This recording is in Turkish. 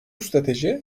strateji